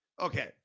okay